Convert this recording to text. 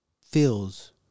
Feels